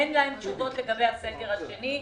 אין להם תשובות לגבי הסגר השני.